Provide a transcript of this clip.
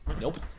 Nope